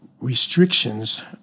restrictions